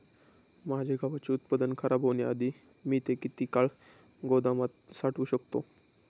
माझे गव्हाचे उत्पादन खराब होण्याआधी मी ते किती काळ गोदामात साठवू शकतो?